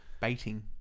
baiting